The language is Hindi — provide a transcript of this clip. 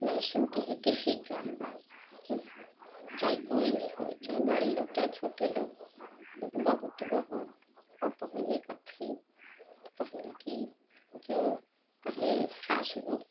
नहीं सुनती है किसी का चाहे कोई भी होए चाहे बड़े लोग चाहे छोटे लोग बहुत बहू अब पहले का थी त पहले की जो कहे सास लोग